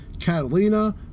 Catalina